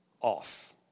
off